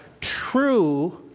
true